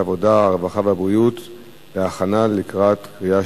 הרווחה והבריאות נתקבלה.